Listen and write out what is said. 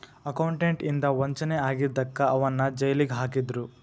accountant ಇಂದಾ ವಂಚನೆ ಆಗಿದಕ್ಕ ಅವನ್ನ್ ಜೈಲಿಗ್ ಹಾಕಿದ್ರು